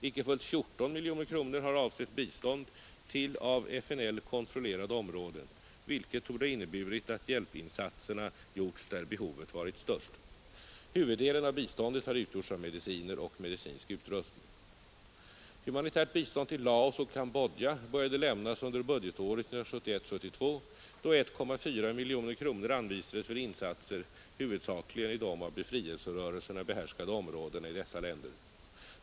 Icke fullt 14 miljoner kronor har avsett bistånd till av FNL kontrollerade områden, vilket torde ha inneburit att hjälpinsatserna gjorts där behovet varit störst. Huvuddelen av biståndet har utgjorts av mediciner och medicinsk utrustning. Humanitärt bistånd till Laos och Cambodja började lämnas under budgetåret 1971/72, då 1,4 miljoner kronor anvisades för insatser huvudsakligen i de av befrielserörelserna behärskade områdena i dessa länder.